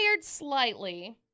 slightly